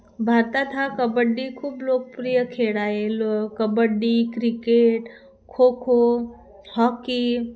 भारतात हा कबड्डी खूप लोकप्रिय खेळ आहे लो कबड्डी क्रिकेट खोखो हॉकी